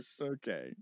Okay